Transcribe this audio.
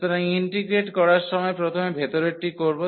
সুতরাং ইন্টিগ্রেট করার সময় প্রথমে ভেতরেরটি করব